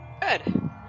Good